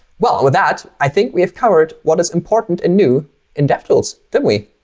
well, with that i think we have covered what is important and new in devtools, didn't we?